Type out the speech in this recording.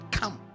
come